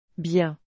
Bien